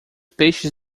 peixes